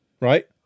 Right